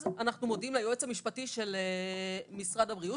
אז אנחנו מודיעים ליועץ המשפטי של משרד הבריאות,